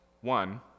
One